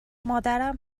مادرم